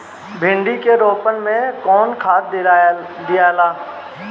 भिंदी के रोपन मे कौन खाद दियाला?